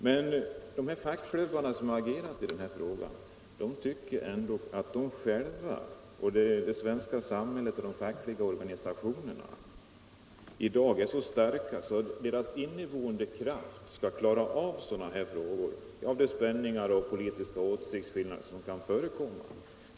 Men i fackklubbarna där man studerat frågan tycker man ändå att de själva — och det svenska samhället och de fackliga organisationerna — i dag är så starka att deras inneboende kraft skall klara av sådana frågor som uppstår av förekommande politiska åsiktsskillnader.